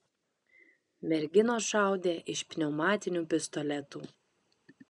merginos šaudė iš pneumatinių pistoletų